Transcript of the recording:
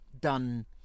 done